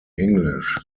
english